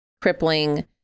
crippling